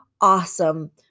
awesome